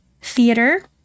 theater